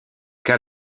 cas